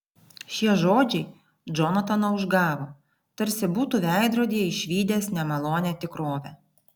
šie žodžiai džonataną užgavo tarsi būtų veidrodyje išvydęs nemalonią tikrovę